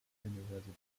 university